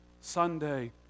Sunday